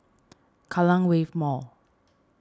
Kallang Wave Mall